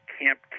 Camp